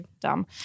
dumb